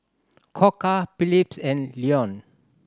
Koka Philips and Lion